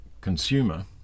consumer